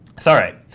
so all right.